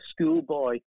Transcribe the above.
schoolboy